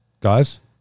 guys